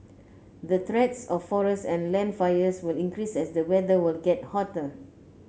the threats of forest and land fires will increase as the weather will get hotter